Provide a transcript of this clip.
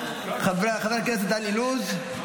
חבר הכנסת דן אילוז,